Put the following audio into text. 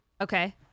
Okay